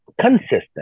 consistent